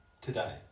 today